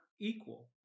equal